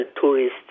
tourists